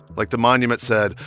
like the monument said,